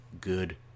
good